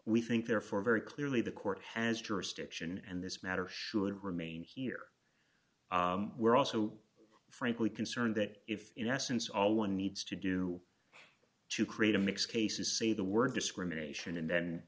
we think therefore very clearly the court has jurisdiction and this matter should remain here we're also frankly concerned that if in essence all one needs to do to create a mixed case is say the word discrimination and then